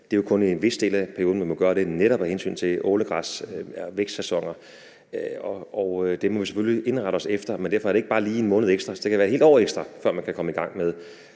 kun gøre i en vis del af perioden, netop af hensyn til ålegræs og vækstsæsoner, og det må vi selvfølgelig indrette os efter. Derfor er det ikke bare lige en måned ekstra, men det kan være et helt år ekstra, før man kan komme i gang med